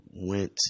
went